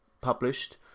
published